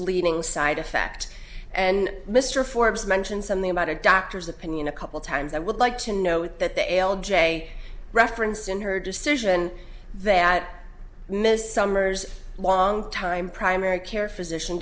bleeding side effect and mr forbes mentioned something about a doctor's opinion a couple times i would like to note that the l j reference in her decision that miss summers long time primary care physician